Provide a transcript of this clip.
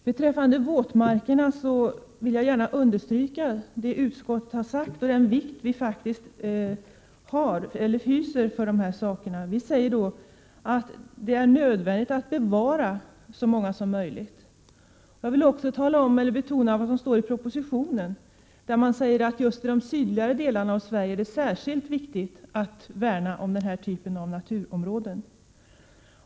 Herr talman! Jag vill understryka att utskottet lägger stor vikt vid våtmarkerna och framhåller att det är nödvändigt att så många som möjligt av dem bevaras. Jag vill också betona att man i propositionen framhåller att det just när det gäller de sydligaste delarna av Sverige är särskilt viktigt att värna om denna form av naturområden.